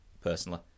personally